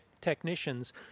technicians